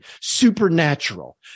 supernatural